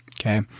Okay